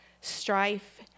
strife